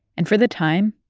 and for the time,